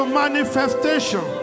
manifestation